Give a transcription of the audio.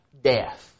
death